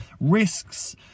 risks